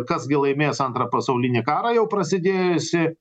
kas gi laimės antrą pasaulinį karą jau prasidėjusį